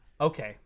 Okay